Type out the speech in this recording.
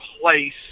place